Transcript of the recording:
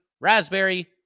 raspberry